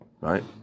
Right